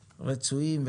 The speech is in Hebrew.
רצויים,